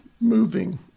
moving